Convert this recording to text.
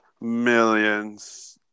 millions